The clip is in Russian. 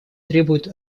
требует